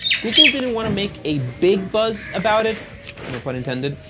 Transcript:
google didn't want to make a big buzz about it no pun intended.